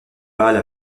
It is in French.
balle